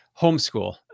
homeschool